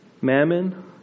Mammon